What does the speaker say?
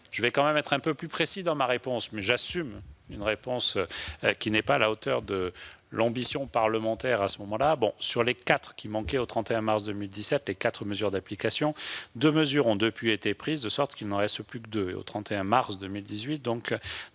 tenter d'être un peu plus précis, mais j'assume le fait que cette réponse n'est pas à la hauteur de l'ambition parlementaire. Sur les quatre mesures d'application qui manquaient au 31 mars 2017, deux mesures ont depuis été prises, de sorte qu'il n'en reste plus que deux